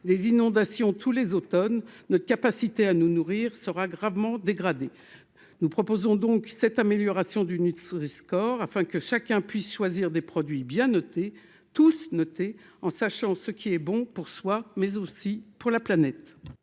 des inondations tous les automnes notre capacité à nous nourrir sera gravement dégradée, nous proposons donc cette amélioration du nutriscore afin que chacun puisse choisir des produits bien notée tous notés en sachant ce qui est bon pour soi mais aussi pour la planète.